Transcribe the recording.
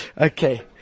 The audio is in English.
Okay